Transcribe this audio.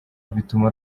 bituma